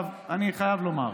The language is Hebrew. אני חייב לומר,